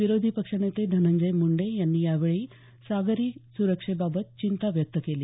विरोधी पक्षनेते धनंजय मुंडे यांनी यावेळी सागरी सुरक्षेबाबत चिंता व्यक्त केली